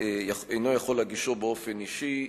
אינו יכול להגישו באופן אישי,